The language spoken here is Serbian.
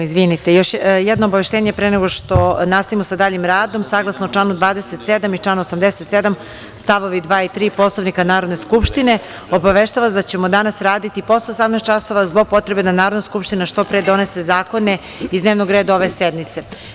Još jedno obaveštenje pre nego što nastavimo sa daljim radom, saglasno članu 27. i članu 87. st. 2. i 3. Poslovnika Narodne skupštine, obaveštavam vas da ćemo danas raditi i posle 18.00 časova, zbog potreba da Narodna skupština što pre donese zakone iz dnevnog reda ove sednice.